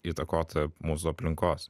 įtakota mūsų aplinkos